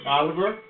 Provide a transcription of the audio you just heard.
Oliver